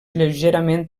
lleugerament